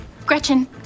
Gretchen